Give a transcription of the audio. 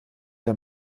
der